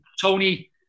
Tony